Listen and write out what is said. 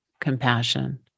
compassion